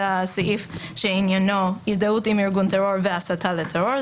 זה הסעיף שעניינו הזדהות עם ארגון טרור והסתה לטרור,